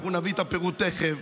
אנחנו נביא את הפירוט תכף,